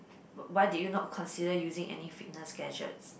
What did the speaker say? w~ why do you not consider using any fitness gadgets